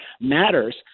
matters